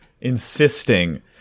insisting